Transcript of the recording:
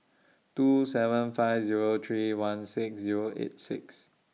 two seven five Zero three one six Zero eight six